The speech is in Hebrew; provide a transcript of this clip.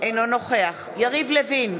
אינו נוכח יריב לוין,